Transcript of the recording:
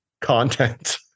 content